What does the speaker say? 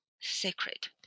secret